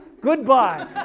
Goodbye